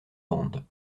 vendent